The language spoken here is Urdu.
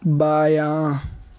بایاں